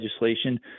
legislation